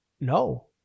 no